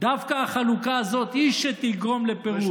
דווקא החלוקה הזאת היא שתגרום לפירוד.